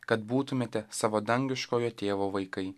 kad būtumėte savo dangiškojo tėvo vaikai